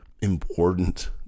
important